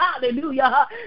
Hallelujah